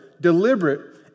deliberate